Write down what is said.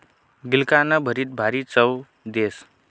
गिलकानं भरीत भारी चव देस